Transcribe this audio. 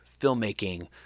filmmaking